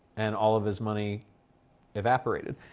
and all of his money evaporated.